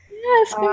Yes